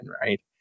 right